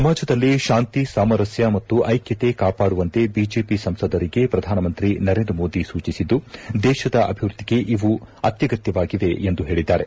ಸಮಾಜದಲ್ಲಿ ಶಾಂತಿ ಸಾಮರಸ್ಥ ಮತ್ತು ಐಕ್ಷತೆ ಕಾಪಾಡುವಂತೆ ಬಿಜೆಪಿ ಸಂಸದರಿಗೆ ಪ್ರಧಾನಮಂತ್ರಿ ನರೇಂದ್ರ ಮೋದಿ ಸೂಚಿಸಿದ್ದು ದೇಶದ ಅಭಿವೃದ್ದಿಗೆ ಇವು ಅತ್ಯಗತ್ಯವಾಗಿವೆ ಎಂದು ಹೇಳಿದ್ದಾರೆ